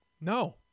No